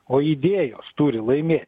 o idėjos turi laimėt